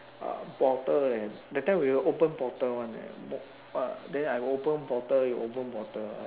a bottle and that time we don't open bottle one leh bo~ uh then I open bottle you open bottle